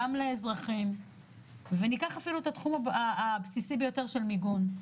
גם לאזרחים וניקח אפילו את התחום הבסיסי ביותר של מיגון,